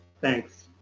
Thanks